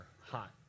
hot